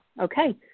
Okay